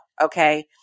Okay